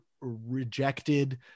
rejected